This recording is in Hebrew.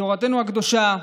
בתורתנו הקדושה